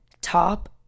top